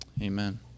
Amen